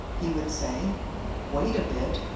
he would say wait a bit,